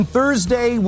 Thursday